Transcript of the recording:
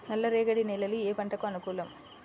నల్ల రేగడి నేలలు ఏ పంటకు అనుకూలం?